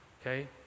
okay